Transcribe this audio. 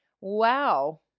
Wow